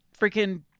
freaking—